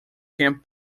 camp